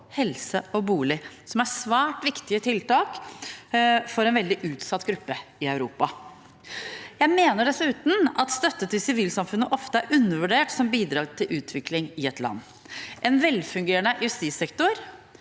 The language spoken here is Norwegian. helse og bolig, som er svært viktige tiltak for en veldig utsatt gruppe i Europa. Jeg mener dessuten at støtte til sivilsamfunnet ofte er undervurdert som bidrag til utvikling i et land. En velfungerende justissektor,